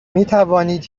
میتوانید